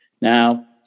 Now